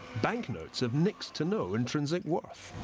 bank notes have next to no intrinsic worth.